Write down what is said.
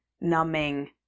numbing